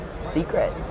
secret